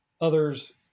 others